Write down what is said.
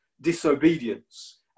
disobedience